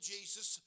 Jesus